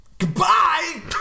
Goodbye